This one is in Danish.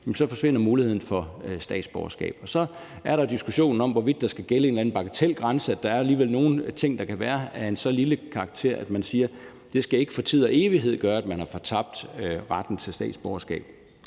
så forsvinder muligheden for statsborgerskab. Og så er der diskussionen om, hvorvidt der skal gælde en eller anden bagatelgrænse; der er alligevel nogle ting, der kan være af så lille en karakter, at man siger, at det ikke for tid og evig skal gøre, at man har fortabt retten til statsborgerskab.